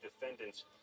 defendants